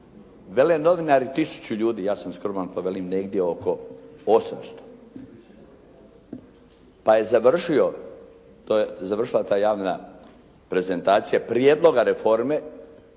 Vele novinari tisuću ljudi, ja sam skroman pa velim negdje oko 800. Pa je završila ta javna prezentacija Prijedloga reforme.